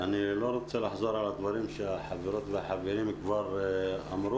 אני לא רוצה לחזור על הדברים שהחברות והחברים כבר אמרו.